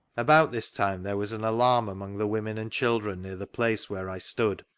about this time there was an alarm among the women and children near the place where i stood,